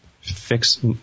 fix